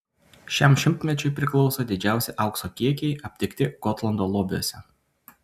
šiam šimtmečiui priklauso didžiausi aukso kiekiai aptikti gotlando lobiuose